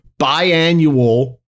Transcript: biannual